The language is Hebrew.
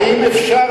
האם אפשר